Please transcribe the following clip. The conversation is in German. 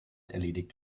erledigt